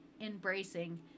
embracing